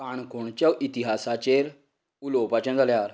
काणकोणच्या इतिहासाचेर उलोवपाचें जाल्यार